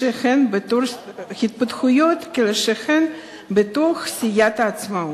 התפתחויות כלשהן בתוך סיעת העצמאות.